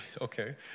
Okay